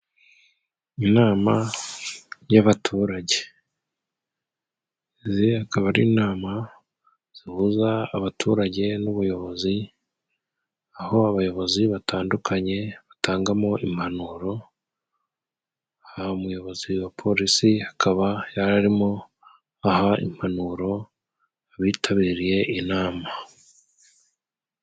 Inama y'abaturage zi akaba ari inama zihuza abaturage n'ubuyobozi aho abayobozi batandukanye batangamo impanuro aha umuyobozi wa polisi akaba yararimo aha impanuro abitabiriye inama.